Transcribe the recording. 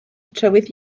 trywydd